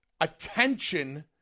attention